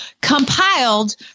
compiled